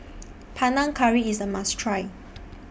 Panang Curry IS A must Try